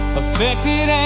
affected